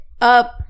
up